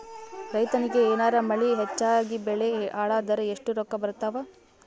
ರೈತನಿಗ ಏನಾರ ಮಳಿ ಹೆಚ್ಚಾಗಿಬೆಳಿ ಹಾಳಾದರ ಎಷ್ಟುರೊಕ್ಕಾ ಬರತ್ತಾವ?